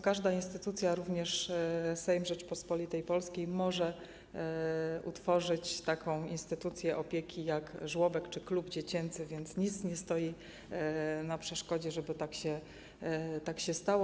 Każda instytucja, również Sejm Rzeczypospolitej Polskiej, może utworzyć taką instytucję opieki jak żłobek czy klub dziecięcy, więc nic nie stoi na przeszkodzie, żeby tak się stało.